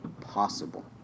possible